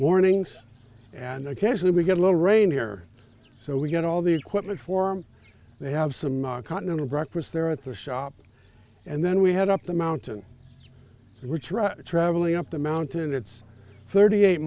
warnings and occasionally we get a little rain here so we get all the equipment for they have some continental breakfast there at the shop and then we head up the mountain which are traveling up the mountain it's thirty eight